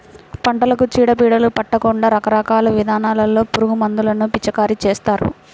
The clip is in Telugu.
పంటలకు చీడ పీడలు పట్టకుండా రకరకాల విధానాల్లో పురుగుమందులను పిచికారీ చేస్తారు